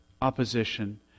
opposition